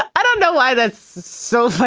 i don't know why that's so.